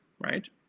right